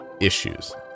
issues